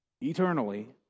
Eternally